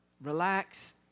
relax